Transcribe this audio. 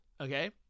okay